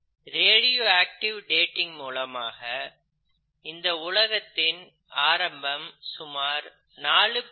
radio active dating மூலமாக இந்த உலகத்தின் ஆரம்பம் சுமார் 4